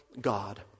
God